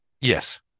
Yes